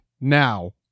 now